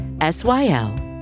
S-Y-L